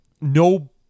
no